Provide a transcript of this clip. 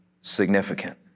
significant